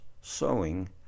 sewing